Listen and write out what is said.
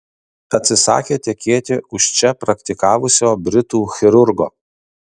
atsisakė tekėti už čia praktikavusio britų chirurgo